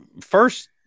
first